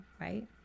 Right